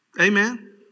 Amen